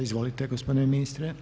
Izvolite gospodine ministre.